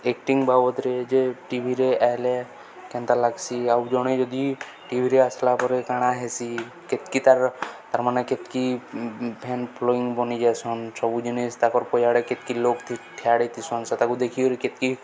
acting ବାବଦରେ ଯେ ଟିଭିରେ ଆଲେ କେନ୍ତା ଲାଗସି ଆଉ ଜଣେ ଯଦି ଟିଭିରେ ଆସିଲା ପରେ କାଣା ହେସି କେତକି ତା'ର୍ ତା'ର୍ ମାନେ କେତକି ଫ୍ୟାନ୍ ଫଲୋଇଙ୍ଗ ବନିଯାଏସନ୍ ସବୁ ଜିନି ତାଙ୍କର ପଜାଡ଼େ କେତକି ଲୋକ ଠିଆ ସେ ତାକୁ ଦେଖିରି କେତକି